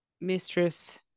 Mistress